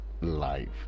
Life